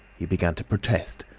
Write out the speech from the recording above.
he began to protest,